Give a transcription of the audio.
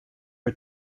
are